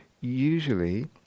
Usually